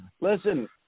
Listen